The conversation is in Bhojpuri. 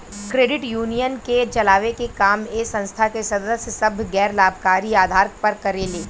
क्रेडिट यूनियन के चलावे के काम ए संस्था के सदस्य सभ गैर लाभकारी आधार पर करेले